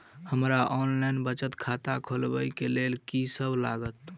हमरा ऑनलाइन बचत खाता खोलाबै केँ लेल की सब लागत?